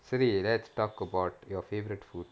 சரி:sari let's talk about your favourite food